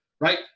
right